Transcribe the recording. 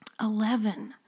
Eleven